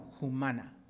humana